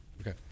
Okay